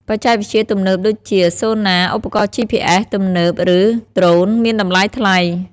បច្ចេកវិទ្យាទំនើបដូចជា Sonar ឧបករណ៍ GPS ទំនើប ឬ Drones មានតម្លៃថ្លៃ។